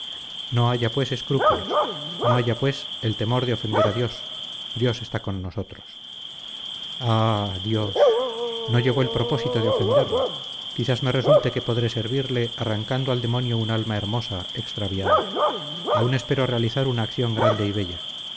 no haya pues escrúpulos no haya pues el temor de ofender a dios dios está con nosotros ah dios no llevo el propósito de ofenderle quizás me resulte que podré servirle arrancando al demonio un alma hermosa extraviada aún espero realizar una acción grande y bella